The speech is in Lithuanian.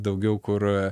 daugiau kur